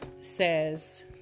says